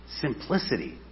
Simplicity